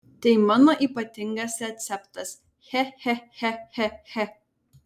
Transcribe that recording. tai mano ypatingas receptas che che che che che